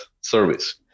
service